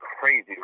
crazy